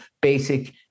basic